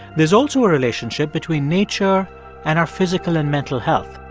there's also a relationship between nature and our physical and mental health.